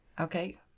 Okay